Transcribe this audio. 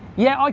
yeah, like